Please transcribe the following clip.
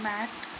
Math